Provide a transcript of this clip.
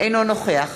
אינו נוכח